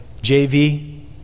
JV